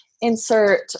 insert